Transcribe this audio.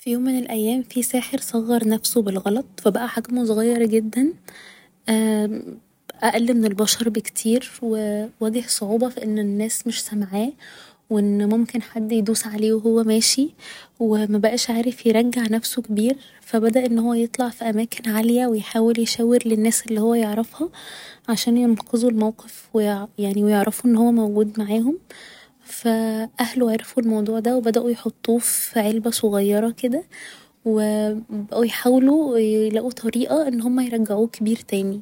في يوم من الأيام في ساحر صغر نفسه بالغلط فبقى حجمه صغير جدا اقل من البشر بكتير و واجه صعوبة في ان الناس مش سامعاه و ان ممكن حد يدوس عليه و هو ماشي و مبقاش عارف يرجع نفسه كبير فبدأ ان هو يطلع في أماكن عالية و يحاول يشاور للناس اللي هو يعرفها عشان ينقذوا الموقف يعني و يعرفوا ان هو موجود معاهم فأهله عرفوا الموضوع ده و بدأوا يحطوه في علبة صغيرة كده و يحاولوا يلاقوا طريقة ان هما يرجعوه كبير تاني